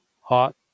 hot